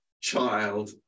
child